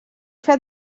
fer